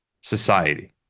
society